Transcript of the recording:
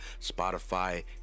Spotify